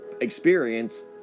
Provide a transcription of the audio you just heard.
experience